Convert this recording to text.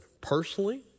personally